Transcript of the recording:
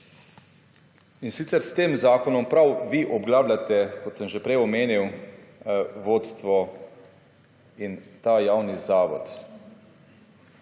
da ne. S tem zakonom prav vi obglavljate, kot sem že prej omenil, vodstvo in ta javni zavod.